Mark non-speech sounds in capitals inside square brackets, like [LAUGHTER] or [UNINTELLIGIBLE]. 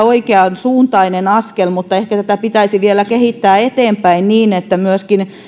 [UNINTELLIGIBLE] oikeansuuntainen askel mutta ehkä tätä pitäisi vielä kehittää eteenpäin niin että myöskin